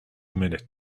minute